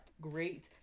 great